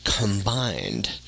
combined